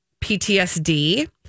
ptsd